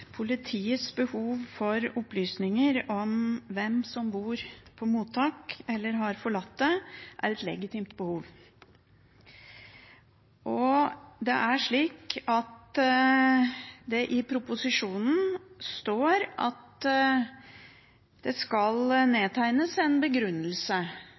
Politiets behov for opplysninger om hvem som bor på mottak, eller som har forlatt det, er et legitimt behov. Det står i proposisjonen at det skal nedtegnes en begrunnelse